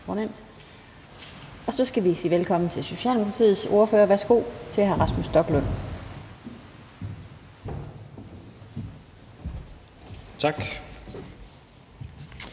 Og så skal vi sige velkommen til Socialdemokratiets ordfører. Værsgo til hr. Rasmus Stoklund. Kl.